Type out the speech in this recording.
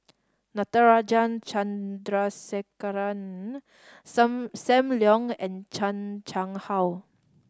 Natarajan Chandrasekaran Sam Leong and Chan Chang How